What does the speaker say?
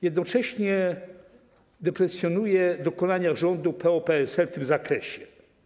Jednocześnie deprecjonuje dokonania rządu PO-PSL w tym zakresie.